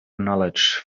knowledge